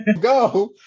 go